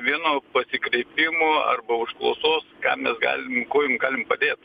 vieno pasikreipimo arba užklausos ką mes galim galim padėt